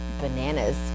Bananas